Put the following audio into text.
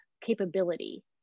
capability